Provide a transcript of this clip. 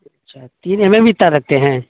اچھا تین M M بھی تار رکھتے ہیں